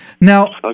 Now